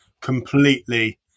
completely